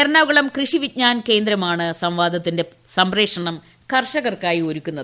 എറണാകുളം കൃഷി വിജ്ഞാന കേന്ദ്രമാണ് സംവാദത്തിന്റെ സംപ്രേഷണം കർഷകർക്കായി ഒരുക്കുന്നത്